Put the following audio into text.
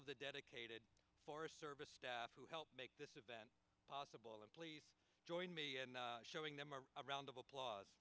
of the dedicated forest service staff who helped make this event possible and please join me and showing them our round of applause